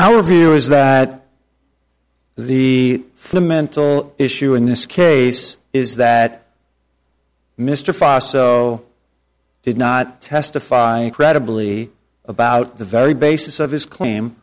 our view is that the for the mental issue in this case is that mr faso did not testify incredibly about the very basis of his claim